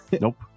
Nope